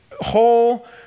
whole